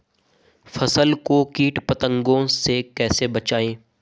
फसल को कीट पतंगों से कैसे बचाएं?